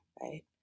right